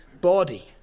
body